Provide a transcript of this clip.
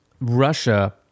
Russia